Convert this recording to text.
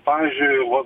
pavyzdžiui va